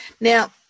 Now